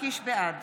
בעד